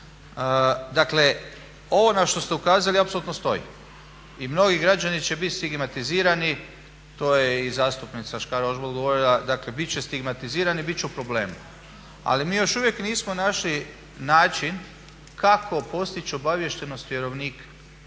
Dakle, ovo na što ste ukazali apsolutno stoji i mnogi građani će bit stigmatizirani, to je i zastupnica Škare-Ožbolt govorila, dakle bit će stigmatizirani, bit će u problemu. Ali mi još uvijek nismo našli način kako postići obaviještenost vjerovnika.